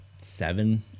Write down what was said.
seven